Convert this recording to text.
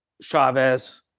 Chavez